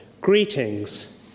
Greetings